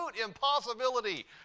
impossibility